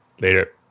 later